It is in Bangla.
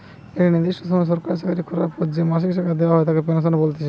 একটা নির্দিষ্ট সময় সরকারি চাকরি করার পর যে মাসিক টাকা দেওয়া হয় তাকে পেনশন বলতিছে